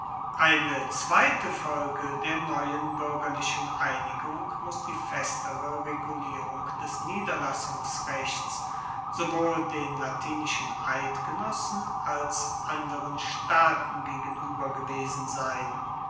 eine zweite folge der neuen buergerlichen einigung muss die festere regulierung des niederlassungsrechts sowohl den latinischen eidgenossen als anderen staaten gegenueber gewesen sein